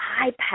iPad